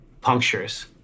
punctures